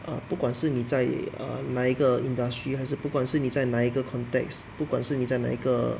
err 不管是你在 err 哪一个 industry 还是不管是你在哪一个 context 不管是你在哪一个